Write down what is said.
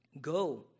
Go